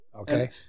okay